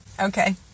Okay